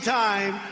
time